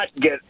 get